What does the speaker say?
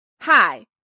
Hi